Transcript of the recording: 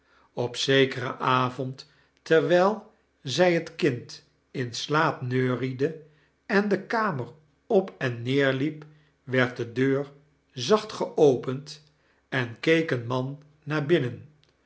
op zekeren avond terwijl zij het kind in slaap neuriede en de kamer op en neerliep werd de deur zacht geopend en keek een man naar hitmen